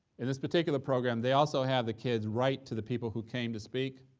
in this particular program, they also have the kids write to the people who came to speak,